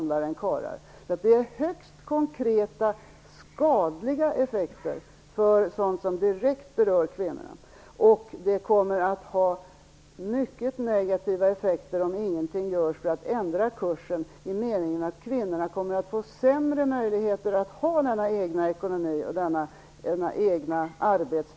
Det är alltså fråga om högst konkreta, skadliga effekter på sådant som direkt berör kvinnorna. Om ingenting görs för att ändra kursen kommer det att ha mycket negativa effekter i den meningen att kvinnorna kommer att få sämre möjligheter att ha en egen ekonomi och ett eget arbete.